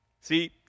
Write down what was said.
See